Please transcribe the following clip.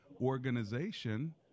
organization